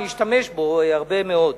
אני אשתמש בו הרבה מאוד.